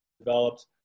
developed